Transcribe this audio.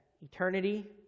Eternity